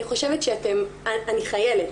אני חיילת.